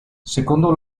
secondo